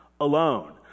alone